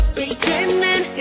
beginning